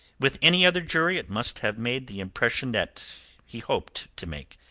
with any other jury it must have made the impression that he hoped to make.